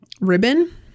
ribbon